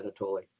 anatoly